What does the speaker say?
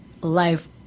life